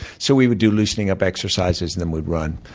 so we would do loosening up exercises, and then we'd run.